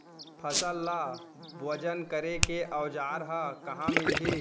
फसल ला वजन करे के औज़ार हा कहाँ मिलही?